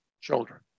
children